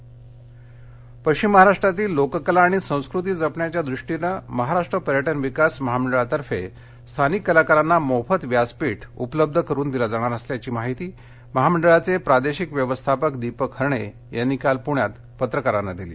MTDC पश्चिम महाराष्ट्रातील लोककला आणि संस्कृती जपण्याच्या दृष्टीनं महाराष्ट्र पर्यटन विकास महामंडळातर्फे स्थानिक कलाकारांना मोफत व्यासपीठ उपलब्ध करून दिलं जाणार असल्याची माहिती महामंडळाचे प्रादेशिक व्यवस्थापक दीपक हरणे यांनी काल प्रण्यात पत्रकारांना दिली